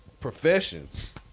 professions